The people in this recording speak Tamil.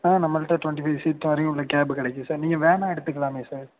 ஆ நம்மகிட்ட ட்வெண்ட்டி ஃபைவ் சீட் வரையும் உள்ள கேப் கிடைக்கும் சார் நீங்கள் வேனாக எடுத்துக்கலாமே சார்